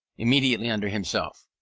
immediately under himself.